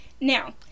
Now